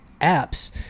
apps